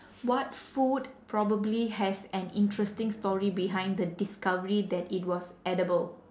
what food probably has an interesting story behind the discovery that it was edible